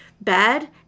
bad